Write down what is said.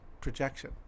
projection